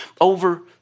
over